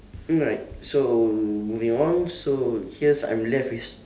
alright so moving on so here's I'm left with s~